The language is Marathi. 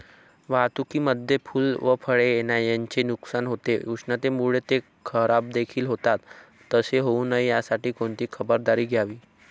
वाहतुकीमध्ये फूले व फळे यांचे नुकसान होते, उष्णतेमुळे ते खराबदेखील होतात तसे होऊ नये यासाठी कोणती खबरदारी घ्यावी?